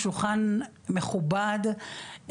שולחן מכובד,